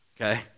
okay